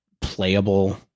playable